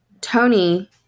Tony